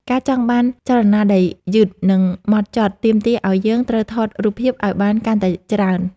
ការចង់បានចលនាដែលយឺត និង ហ្មត់ចត់ទាមទារឱ្យយើងត្រូវថតរូបភាពឱ្យបានកាន់តែច្រើន។